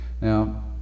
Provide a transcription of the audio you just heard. Now